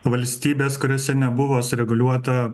valstybės kuriose nebuvo sureguliuota